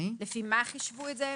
לפי מה חישבו את זה,